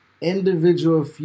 individual